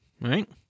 right